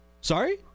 Sorry